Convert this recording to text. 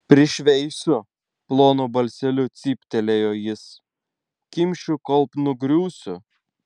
prišveisiu plonu balseliu cyptelėjo jis kimšiu kol nugriūsiu